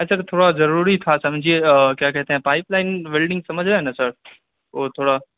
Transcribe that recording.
ارے sir تھوڑا ضروری تھا سمجھیے کیا کہتے ہیں پائپ لائن ویلڈنگ سمجھ رہے ہیں نا سر وہ تھوڑا